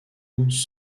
onze